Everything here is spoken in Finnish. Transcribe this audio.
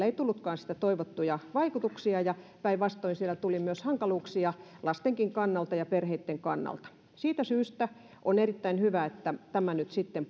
ei tullutkaan niitä toivottuja vaikutuksia vaan päinvastoin tuli myös hankaluuksia lasten kannalta ja perheitten kannalta siitä syystä on erittäin hyvä että tämä rajaus nyt sitten